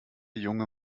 junge